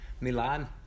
Milan